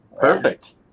Perfect